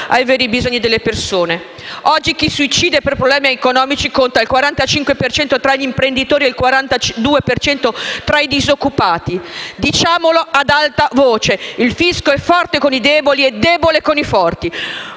ai veri bisogni delle persone. Oggi chi si uccide per problemi economici conta il 45 per cento tra gli imprenditori e il 42 per cento tra i disoccupati. Diciamolo ad alta voce: il fisco è forte con i deboli e debole con i forti.